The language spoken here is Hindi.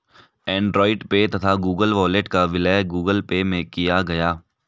एंड्रॉयड पे तथा गूगल वॉलेट का विलय गूगल पे में किया गया